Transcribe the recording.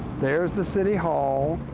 there's the city hall,